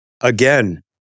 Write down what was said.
Again